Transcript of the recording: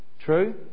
true